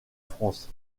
france